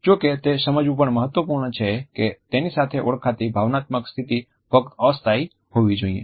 જો કે તે સમજવું પણ મહત્વપૂર્ણ છે કે તેની સાથે ઓળખાતી ભાવનાત્મક સ્થિતિ ફક્ત અસ્થાયી હોવી જોઈએ